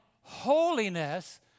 holiness